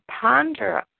ponder